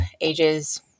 Ages